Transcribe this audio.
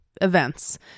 events